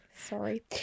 Sorry